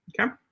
Okay